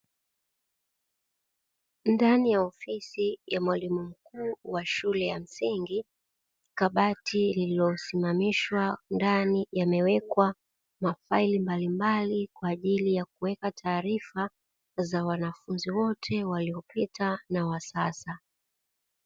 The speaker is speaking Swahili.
Ndani ya ofisi ya mwalimu mkuu wa shule ya msingi, kabati lililosimamishwa ndani yamewekwa mafaili mbalimbali kwa ajili ya kuweka taarifa, za wanafunzi wote waliopita na wa sasa.